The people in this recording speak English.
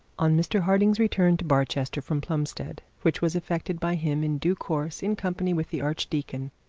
on mr harding's return to barchester from plumstead, which was effected by him in due course in company with the archdeacon,